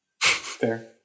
Fair